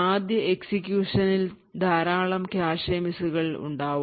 ആദ്യ execution ൽ ധാരാളം കാഷെ മിസ്സുകൾ ഉണ്ടാവും